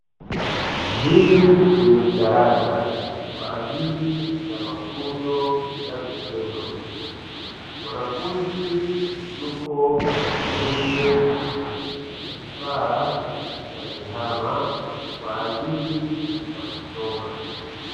Hili ni darasa kwa ajili ya mafunzo ya vitendo, mwanafunzi yupo kwenye kifaa cha tehama kwa ajili ya kusoma.